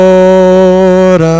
Lord